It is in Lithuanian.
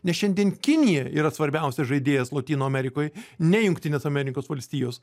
nes šiandien kinija yra svarbiausias žaidėjas lotynų amerikoj ne jungtinės amerikos valstijos